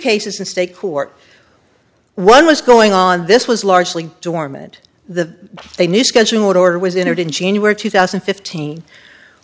cases in state court one was going on this was largely dormant the they knew scheduled order was entered in january two thousand and fifteen